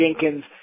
Jenkins